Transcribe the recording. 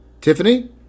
Tiffany